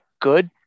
good